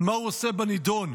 מה הוא עושה בנדון?